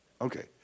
Okay